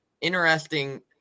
interesting